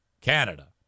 Canada